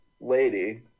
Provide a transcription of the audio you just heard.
lady